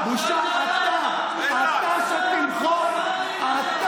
כנראה שלא שמת לב.